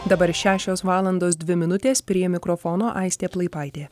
dabar šešios valandos dvi minutės prie mikrofono aistė plaipaitė